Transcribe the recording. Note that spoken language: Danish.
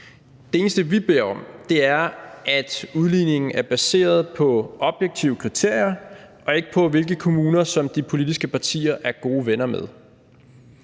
Det eneste, vi beder om, er, at udligningen er baseret på objektive kriterier og ikke på, hvilke kommuner de politiske partier er gode venner med.